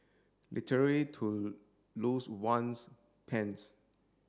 literally to lose one's pants